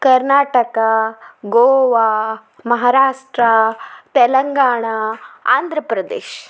Karnataka Goa Maharashtra Telangana Andhra Pradesh